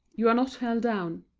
you are not held down.